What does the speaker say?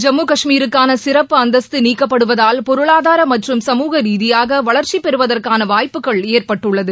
ஜம்மு காஷ்மீருக்கான சிறப்பு அந்தஸ்த்து நீக்கப்படுவதால் பொருளாதார மற்றும் சமூக ரீதியாக வளர்ச்சி பெறுவதற்கான வாய்ப்புகள் ஏற்பட்டுள்ளது